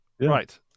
Right